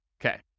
Okay